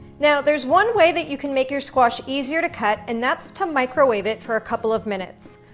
now, there's one way that you can make your squash easier to cut and that's to microwave it for a couple of minutes.